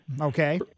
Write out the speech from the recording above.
Okay